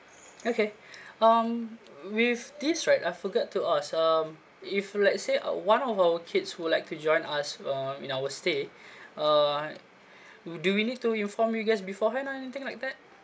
okay um with this right I forgot to ask um if let's say uh one of our kids who like to join us uh in our stay uh do we need to inform you guys beforehand or anything like that